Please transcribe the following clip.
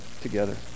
together